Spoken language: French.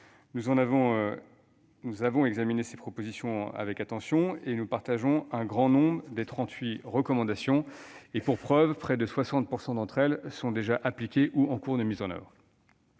Nous avons examiné ses propositions avec attention et nous partageons un grand nombre de ses trente-huit recommandations. Pour preuve, près de 60 % d'entre elles sont déjà appliquées ou en cours de mise en oeuvre.